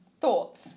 Thoughts